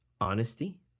honesty